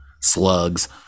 slugs